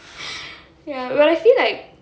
ya but I feel like